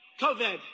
COVID